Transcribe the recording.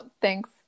thanks